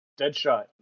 Deadshot